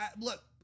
look